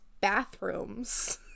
bathrooms